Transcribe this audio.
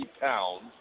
pounds